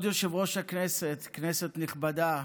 כבוד יושב-ראש הכנסת, כנסת נכבדה,